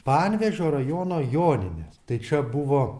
panevėžio rajono joninės tai čia buvo